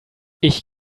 ich